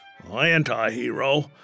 anti-hero